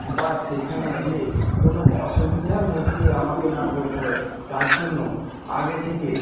বা সেখানে গিয়ে কোনো অসুবিধার মধ্যে আমাকে না পড়তে হয় তার জন্য আগে থেকে